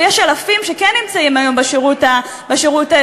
ויש אלפים שכן נמצאים היום בשירות האזרחי,